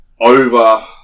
over